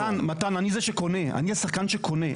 אבל מתן אני זה שקונה, אני השחקן שקונה.